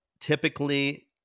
typically